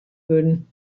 wurden